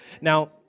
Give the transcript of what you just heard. Now